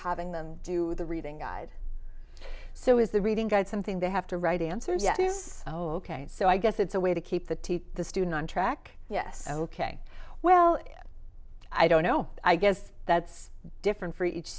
having them do the reading so is the reading guide something they have to write answers yet is ok so i guess it's a way to keep the teach the student on track yes ok well i don't know i guess that's different for each